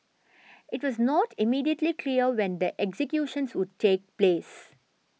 it was not immediately clear when the executions would take place